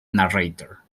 narrator